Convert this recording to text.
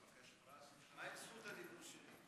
מה עם זכות הדיבור שלי?